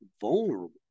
vulnerable